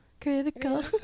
Critical